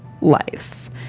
life